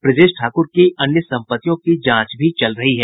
ब्रजेश ठाकुर की अन्य सम्पत्तियों की जांच भी चल रही है